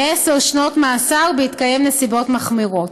ועשר שנות מאסר בהתקיים נסיבות מחמירות.